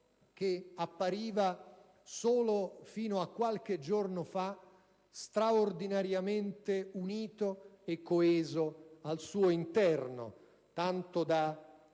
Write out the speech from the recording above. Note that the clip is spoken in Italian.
che appariva solo fino a qualche giorno fa straordinariamente unito e coeso al suo interno, tanto da